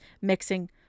mixing